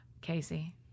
Casey